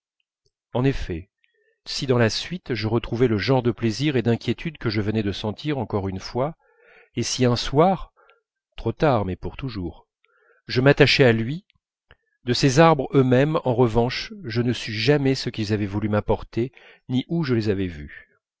en effet si dans la suite je retrouvai le genre de plaisir et d'inquiétude que je venais de sentir encore une fois et si un soir trop tard mais pour toujours je m'attachai à lui de ces arbres eux-mêmes en revanche je ne sus jamais ce qu'ils avaient voulu m'apporter ni où je les avais vus